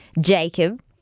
Jacob